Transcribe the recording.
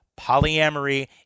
Polyamory